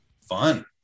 Fun